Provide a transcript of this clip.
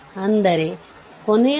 ಆದ್ದರಿಂದ ಅದು ಅವಲಂಬಿತ ಮೂಲವಾಗಿದೆ